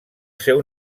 seu